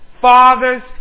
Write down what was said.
fathers